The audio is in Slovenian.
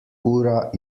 ura